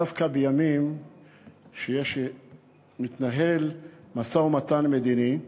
דווקא בימים שבהם מתנהל משא-ומתן מדיני.